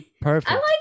Perfect